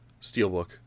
Steelbook